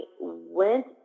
went